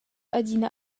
adina